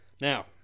Now